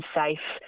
safe